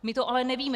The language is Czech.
My to ale nevíme.